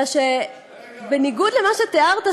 אלא שבניגוד למה שתיארת,